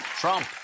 Trump